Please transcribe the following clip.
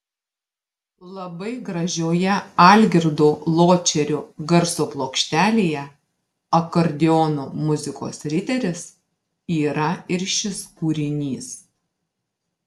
labai gražioje algirdo ločerio garso plokštelėje akordeono muzikos riteris yra ir šis kūrinys